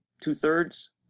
two-thirds